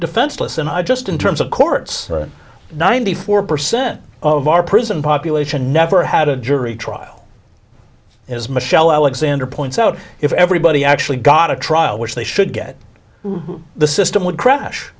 defenseless and i just in terms of courts ninety four percent of our prison population never had a jury trial as michelle alexander points out if everybody actually got a trial which they should get the system would crash